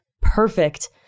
perfect